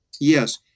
yes